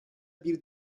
bir